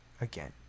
again